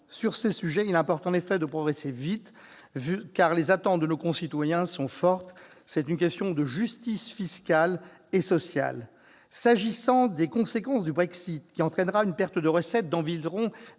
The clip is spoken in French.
Sur ces sujets, il importe en effet de progresser vite, car les attentes de nos concitoyens sont fortes. C'est une question de justice fiscale et sociale. S'agissant des conséquences du Brexit, qui entraînera une perte de recettes d'environ